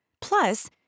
Plus